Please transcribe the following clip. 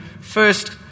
first